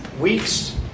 weeks